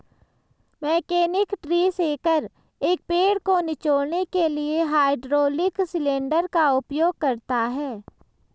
mechanical tree shaker, एक पेड़ को निचोड़ने के लिए हाइड्रोलिक सिलेंडर का उपयोग करता है